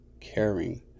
caring